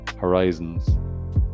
horizons